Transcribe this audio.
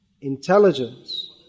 intelligence